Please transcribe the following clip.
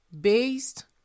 based